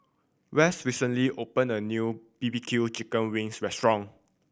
West recently opened a new B B Q chicken wings restaurant